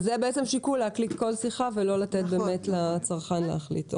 וזה בעצם שיקול להקליט כל שיחה ולא לתת לצרכן להחליט.